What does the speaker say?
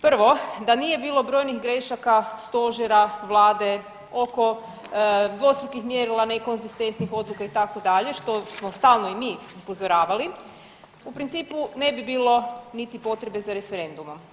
Prvo da nije bilo brojnih grašaka stožera, vlade oko dvostrukih mjerila, nekonzistentnih odluka itd. što smo stalno i mi upozoravali u principu ne bi bilo niti potrebe za referendumom.